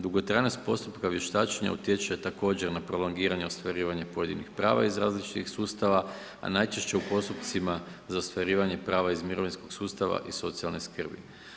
Dugotrajnost postupka vještačenja utječe također na prolongiranje i ostvarivanje pojedinih prava iz različitih sustava, a najčešće u postupcima za ostvarivanje prava iz mirovinskog sustava i socijalne skrbi.